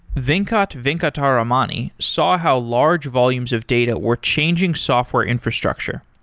venkat venkataramani saw how large volumes of data were changing software infrastructure.